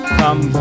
come